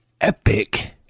epic